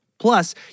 Plus